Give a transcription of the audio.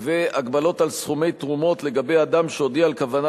והגבלות על סכומי תרומות לגבי אדם שהודיע על כוונה